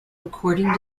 according